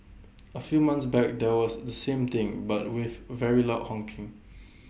A few month back there was the same thing but with very loud honking